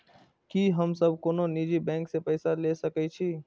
की हम सब कोनो निजी बैंक से पैसा ले सके छी?